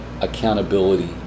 accountability